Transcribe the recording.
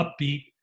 upbeat